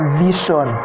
vision